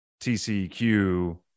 TCQ